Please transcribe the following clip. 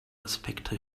aspekte